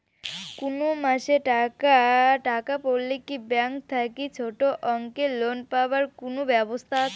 কুনো মাসে টাকার টান পড়লে কি ব্যাংক থাকি ছোটো অঙ্কের লোন পাবার কুনো ব্যাবস্থা আছে?